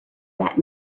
that